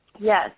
Yes